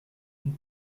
une